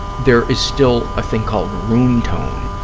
there is still a thing called room tone,